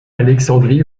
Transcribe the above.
alexandrie